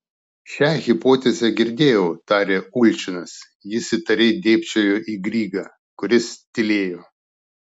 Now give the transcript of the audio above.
šią hipotezę girdėjau tarė ulčinas jis įtariai dėbčiojo į grygą kuris tylėjo